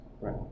Right